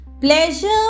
Pleasure